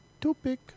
Topic